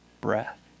breath